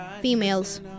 females